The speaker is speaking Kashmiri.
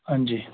ہاں جی